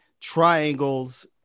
triangles